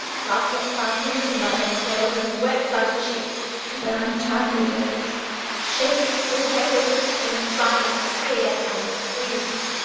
cast up fountains from thy entrails, and wet thy cheeks for their untimely deaths shake with their weight in sign of fear and grief!